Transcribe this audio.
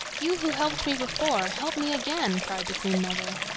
you who helped me before, help me again! cried the queen-mother.